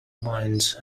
minds